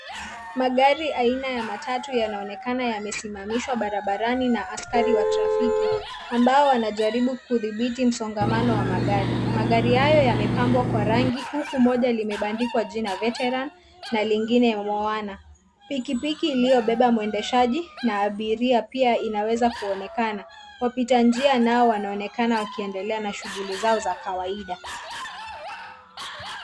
Magari aina ya matatu yanaonekana yamesimamishwa barabarani na askari wa trafiki ambao wana jaribu kudhibiti msongamano wa magari. Magari hayo yame pambwa kwa rangi huku moja lime bandikiwa jina [veteran] na lingine [moana]. Pikipiki iliyo beba mwendashaji na abiria pia ina weza kuonekana, wapita njia nao wanaonekana kuendelea na shughuli zao za kawaida.